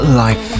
life